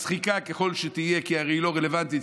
מצחיקה ככל שתהיה, כי הרי היא לא רלוונטית.